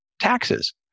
taxes